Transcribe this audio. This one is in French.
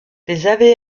les